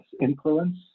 influence